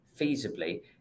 feasibly